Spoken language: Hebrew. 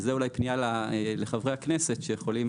וזה אולי פנייה לחברי הכנסת שיכולים